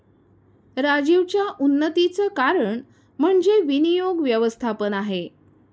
राजीवच्या उन्नतीचं कारण म्हणजे विनियोग व्यवस्थापन आहे